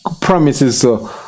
promises